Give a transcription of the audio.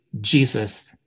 Jesus